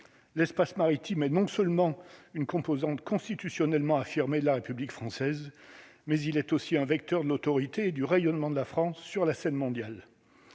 l'espace maritime est non seulement une composante constitutionnellement affirmés de la République française, mais il est aussi un vecteur de l'autorité du rayonnement de la France sur la scène mondiale,